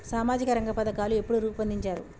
సామాజిక రంగ పథకాలు ఎప్పుడు రూపొందించారు?